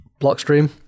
Blockstream